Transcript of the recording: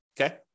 Okay